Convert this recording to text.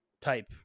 type